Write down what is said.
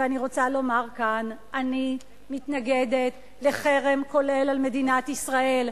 ואני רוצה לומר כאן: אני מתנגדת לחרם כולל על מדינת ישראל,